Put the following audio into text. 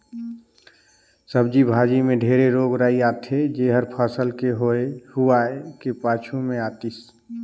सब्जी भाजी मे ढेरे रोग राई आथे जेहर फसल के होए हुवाए के पाछू मे आतिस